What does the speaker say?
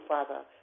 Father